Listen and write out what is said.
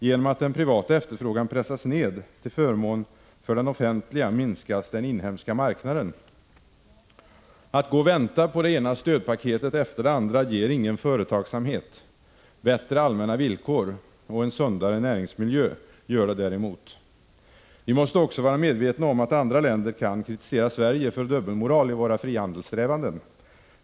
Genom att den privata efterfrågan pressas ned till förmån för den offentliga minskas den inhemska marknaden. Att gå och vänta på det ena stödpaketet efter det andra ger ingen företagsamhet. Det gör däremot bättre allmänna villkor och en sundare näringsmiljö. Vi måste också vara medvetna om att andra länder kan kritisera Sverige för dubbelmoral i våra frihandelssträvanden.